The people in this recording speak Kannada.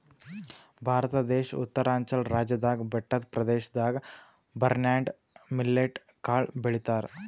ಭಾರತ ದೇಶ್ ಉತ್ತರಾಂಚಲ್ ರಾಜ್ಯದಾಗ್ ಬೆಟ್ಟದ್ ಪ್ರದೇಶದಾಗ್ ಬರ್ನ್ಯಾರ್ಡ್ ಮಿಲ್ಲೆಟ್ ಕಾಳ್ ಬೆಳಿತಾರ್